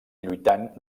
lluitant